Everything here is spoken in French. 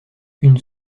une